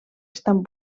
estan